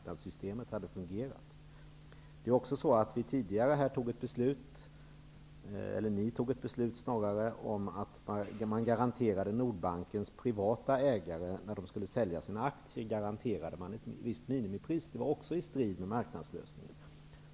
Ni fattade tidigare ett beslut om att man garanterade Nordbankens privata ägare ett visst minimipris när de skulle sälja ut sina aktier. Det var också i strid med marknadslösningen.